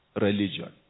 religion